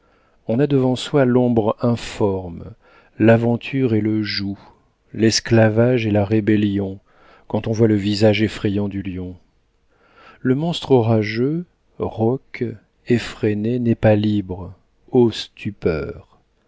on a devant soi l'ombre informe l'aventure et le joug l'esclavage et la rébellion quand on voit le visage effrayant du lion le monstre orageux rauque effréné n'est pas libre ô stupeur